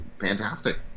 fantastic